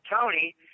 Tony